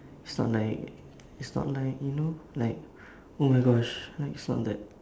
it's not like it's not like you know like oh my gosh like it's not that